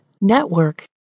network